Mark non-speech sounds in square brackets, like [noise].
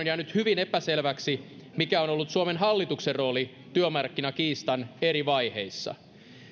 [unintelligible] jäänyt hyvin epäselväksi mikä on on ollut suomen hallituksen rooli työmarkkinakiistan eri vaiheissa